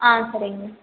ஆ சரிங்க